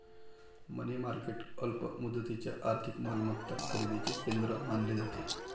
मनी market अल्प मुदतीच्या आर्थिक मालमत्ता खरेदीचे केंद्र मानले जाते